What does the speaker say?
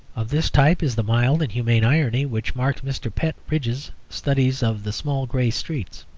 of this type is the mild and humane irony which marks mr. pett ridge's studies of the small grey streets.